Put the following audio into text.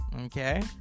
okay